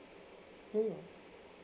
hmm